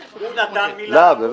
--- באמת?